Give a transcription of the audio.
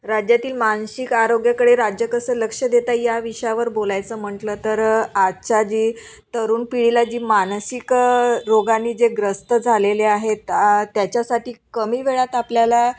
राज्यातील मानसिक आरोग्याकडे राज्य कसं लक्ष देतं आहे या विषयावर बोलायचं म्हटलं तर आजच्या जी तरुण पिढीला जी मानसिक रोगांनी जे ग्रस्त झालेले आहेत त्याच्यासाठी कमी वेळात आपल्याला